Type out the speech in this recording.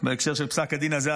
בהקשר של פסק הדין הזה,